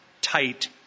tight